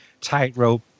Tightrope